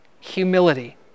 Humility